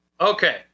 okay